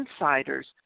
Insiders